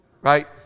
Right